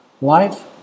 Life